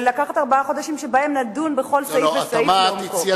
לקחת ארבעה חודשים שבהם נדון בכל סעיף וסעיף לעומקו.